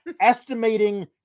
estimating